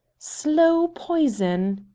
slow poison!